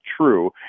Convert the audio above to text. true